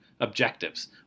objectives